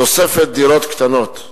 תוספת דירות קטנות.